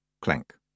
clank